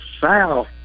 South